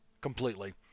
Completely